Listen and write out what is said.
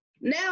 Now